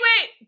Wait